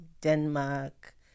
denmark